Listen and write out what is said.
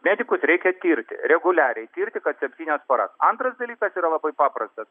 medikus reikia tirti reguliariai tirti kas septynias paras antras dalykas yra labai paprastas